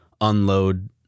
unload